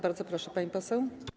Bardzo proszę, pani poseł.